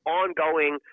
ongoing